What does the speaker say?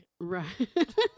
Right